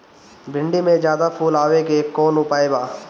भिन्डी में ज्यादा फुल आवे के कौन उपाय बा?